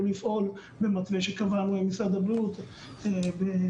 לפעול במתווה שקבענו עם משרד הבריאות בהתאם.